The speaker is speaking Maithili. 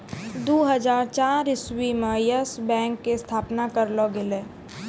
दु हजार चार इस्वी मे यस बैंक के स्थापना करलो गेलै